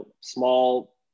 small